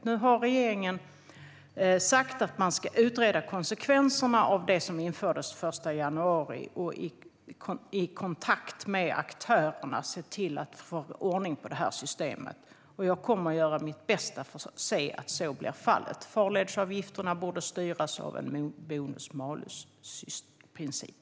Nu har regeringen sagt att man ska utreda konsekvenserna av det som infördes den 1 januari och i kontakt med aktörerna se till att få ordning på det här systemet. Jag kommer att göra mitt bästa för att se till att så blir fallet. Farledsavgifterna borde styras enligt en bonus-malus-princip.